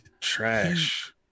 trash